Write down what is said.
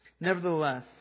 Nevertheless